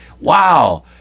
wow